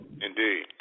Indeed